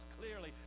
clearly